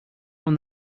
from